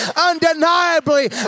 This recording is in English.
undeniably